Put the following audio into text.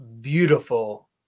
beautiful